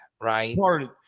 right